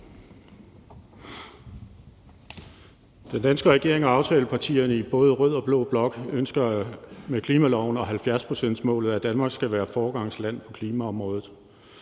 Den danske regering og aftalepartierne i både rød og blå blok ønsker med klimaloven og 70-procentsmålet, at Danmark skal være foregangsland på klimaområdet.